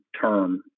term